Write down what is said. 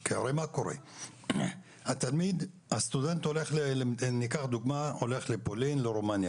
כי הרי אם, לדוגמה, הסטודנט לומד ברומניה